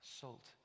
Salt